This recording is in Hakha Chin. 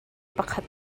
pakhat